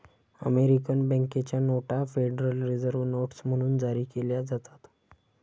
American बँकेच्या नोटा Federal Reserve notes म्हणून जारी केल्या जातात